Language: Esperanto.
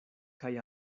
kaj